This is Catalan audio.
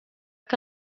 que